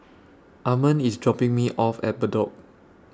Armond IS dropping Me off At Bedok